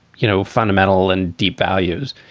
you know, fundamental and deep values.